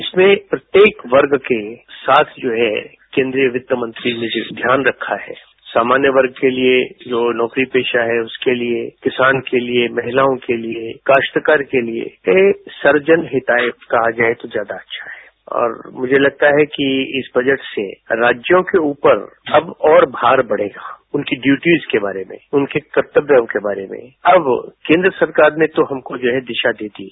इसमें प्रत्येक वर्ग के साथ जो हैं केन्द्रीय वित्तमंत्री ने ध्यान रखा है सामान्य वर्ग के लिये जो नौकरी पेशा है उसके लिये किसान के लिये महिलाओं के लिये और कास्तकार के लिये सर्वजन हिताय कहा जाये तो ज्यादा अच्छा है और मुझे लगता है कि इस बजट से राज्यों के ऊपर और भार बढ़ेगा उनकी ड्यूटीस के बारे में उनके कर्तव्यां के बारे में अब केन्द्र सरकार ने हमको दिशा दे दी है